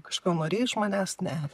kažko norėjai iš manęs ne